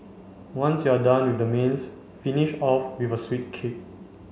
once you're done with the mains finish off with a sweet kick